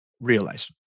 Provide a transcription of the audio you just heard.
realize